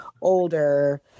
older